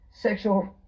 Sexual